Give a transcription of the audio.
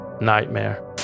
nightmare